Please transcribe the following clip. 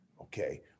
Okay